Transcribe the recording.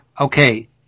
Okay